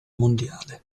mondiale